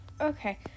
Okay